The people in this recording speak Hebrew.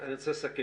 אני רוצה לסכם.